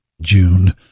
June